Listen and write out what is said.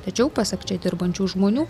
tačiau pasak čia dirbančių žmonių